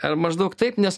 ar maždaug taip nes